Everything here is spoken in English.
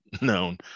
known